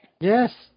Yes